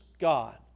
God